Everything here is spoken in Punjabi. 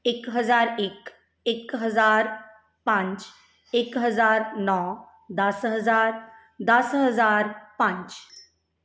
ਇੱਕ ਹਜ਼ਾਰ ਇੱਕ ਇੱਕ ਹਜ਼ਾਰ ਪੰਜ ਇੱਕ ਹਜ਼ਾਰ ਨੌ ਦਸ ਹਜ਼ਾਰ ਦਸ ਹਜ਼ਾਰ ਪੰਜ